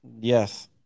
Yes